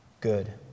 good